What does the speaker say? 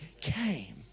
came